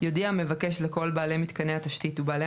יודיע המבקש לכל בעלי מתקני התשתית ובעלי